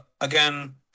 again